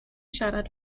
siarad